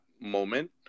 moment